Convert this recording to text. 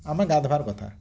ଆମେ ଗାଧବାର୍ କଥା